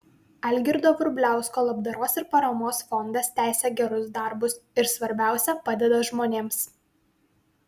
algirdo vrubliausko labdaros ir paramos fondas tęsia gerus darbus ir svarbiausia padeda žmonėms